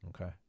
Okay